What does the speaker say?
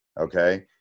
okay